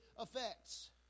effects